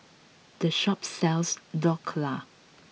the shop sells Dhokla